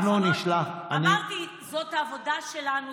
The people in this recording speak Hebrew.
אמרתי: זאת העבודה שלנו.